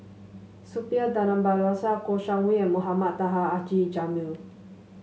Suppiah Dhanabalan Kouo Shang Wei and Mohamed Taha Haji Jamil